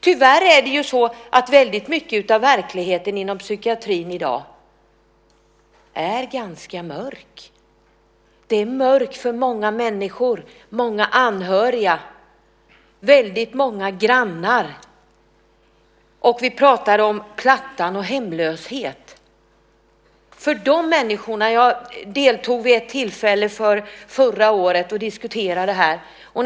Tyvärr är mycket av verkligheten inom psykiatrin i dag ganska mörk. Det är mörkt för många människor, för många anhöriga och för väldigt många grannar. Vi pratar om Plattan och hemlöshet. Jag deltog vid ett tillfälle förra året i en diskussion om detta.